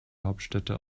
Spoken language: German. hauptstädte